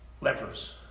lepers